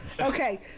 Okay